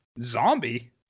Zombie